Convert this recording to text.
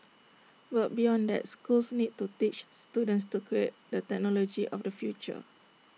but beyond that schools need to teach students to create the technology of the future